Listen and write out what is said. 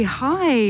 hi